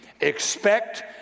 expect